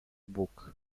bóg